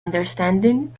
understanding